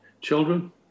children